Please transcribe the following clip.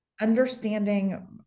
Understanding